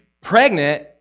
pregnant